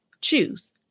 choose